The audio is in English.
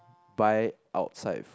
buy outside f~